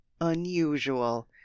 unusual